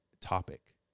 topic